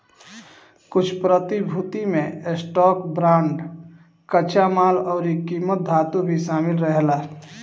कुछ प्रतिभूति में स्टॉक, बांड, कच्चा माल अउरी किमती धातु भी शामिल रहेला